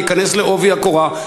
להיכנס בעובי הקורה.